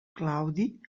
claudi